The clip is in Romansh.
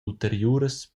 ulteriuras